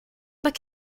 but